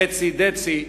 Red Sea, Dead Sea,